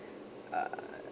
ah